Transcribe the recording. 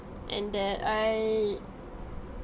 and that I